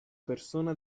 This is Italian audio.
persona